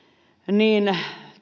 niin